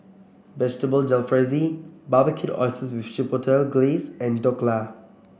Vegetable Jalfrezi Barbecued Oysters with Chipotle Glaze and Dhokla